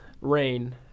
rain